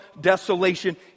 desolation